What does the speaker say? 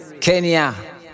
Kenya